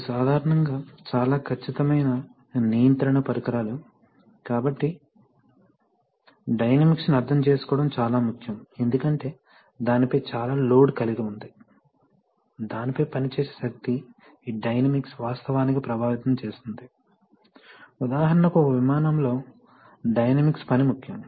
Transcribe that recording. ఇవి సాధారణంగా చాలా ఖచ్చితమైన నియంత్రణ పరికరాలు కాబట్టి డైనమిక్స్ను అర్థం చేసుకోవడం చాలా ముఖ్యం ఎందుకంటే దానిపై చాలా లోడ్ కలిగి ఉంది దానిపై పనిచేసే శక్తి ఈ డైనమిక్స్ వాస్తవానికి ప్రభావితం చేస్తుంది ఉదాహరణకు ఒక విమానంలో డైనమిక్స్ పని ముఖ్యం